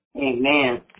Amen